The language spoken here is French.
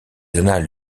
annales